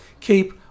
keep